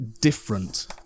different